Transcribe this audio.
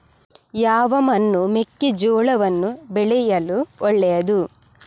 ಯಾವ ಮಣ್ಣು ಮೆಕ್ಕೆಜೋಳವನ್ನು ಬೆಳೆಯಲು ಒಳ್ಳೆಯದು?